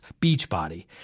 Beachbody